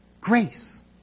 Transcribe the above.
Grace